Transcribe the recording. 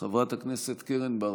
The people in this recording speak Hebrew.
חברת הכנסת קרן ברק,